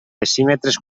decímetres